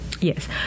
Yes